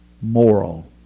moral